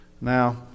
Now